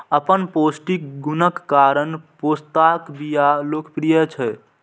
अपन पौष्टिक गुणक कारण पोस्ताक बिया लोकप्रिय छै